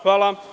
Hvala.